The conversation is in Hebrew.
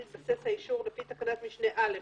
התבסס מתן האישור לפי תקנת משנה (א),